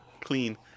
Clean